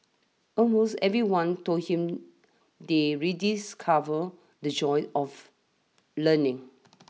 almost everyone told him they rediscovered the joy of learning